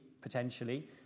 potentially